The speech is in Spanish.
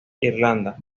irlanda